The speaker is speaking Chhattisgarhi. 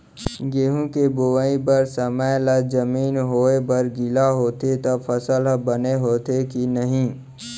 गेहूँ के बोआई बर समय ला जमीन होये बर गिला होथे त फसल ह बने होथे की नही?